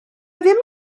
ddim